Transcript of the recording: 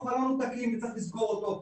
החלון תקין וצריך לסגור אותו.